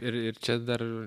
ir ir čia dar